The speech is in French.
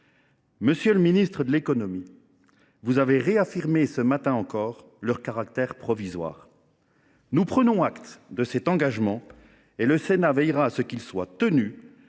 Monsieur le ministre de l’économie, vous avez réaffirmé, ce matin encore, leur caractère provisoire. Nous prenons acte de cet engagement et le Sénat veillera à ce qu’il soit tenu,